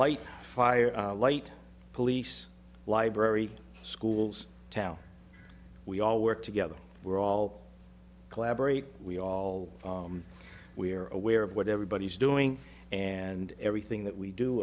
light fire light police library schools town we all work together we're all collaborate we all we are aware of what everybody is doing and everything that we do